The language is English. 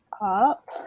up